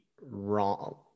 wrong